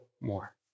more